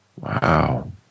Wow